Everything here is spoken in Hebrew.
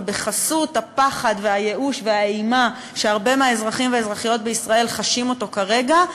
ובחסות הפחד והייאוש והאימה שהרבה מהאזרחים והאזרחיות בישראל חשים כרגע,